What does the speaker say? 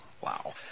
Wow